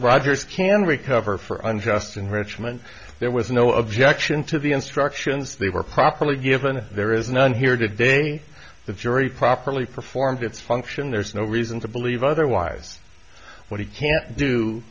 rogers can recover for un just enrichment there was no objection to the instructions they were properly given there is none here to day the jury properly performed its function there's no reason to believe otherwise what he can't do